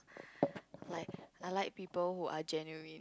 like I like people who are generally